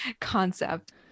concept